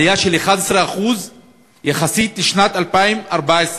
עלייה של 11% יחסית לשנת 2014,